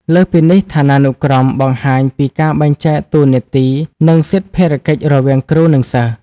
លើសពីនេះឋានានុក្រមបង្ហាញពីការបែងចែកតួនាទី និងសិទិ្ធភារកិច្ចរវាងគ្រូ និងសិស្ស។